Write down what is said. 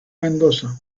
mendoza